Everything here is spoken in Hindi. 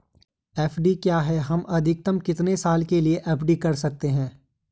एफ.डी क्या है हम अधिकतम कितने साल के लिए एफ.डी कर सकते हैं?